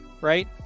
right